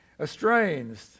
estranged